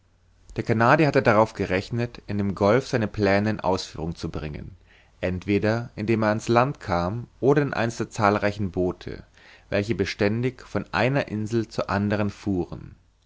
der canadier hatte darauf gerechnet in dem golf seine pläne in ausführung zu bringen entweder indem er an's land kam oder in eins der zahlreichen boote welche beständig von einer insel zur anderen fuhren